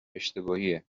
اشتباهیه